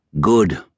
Good